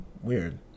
weird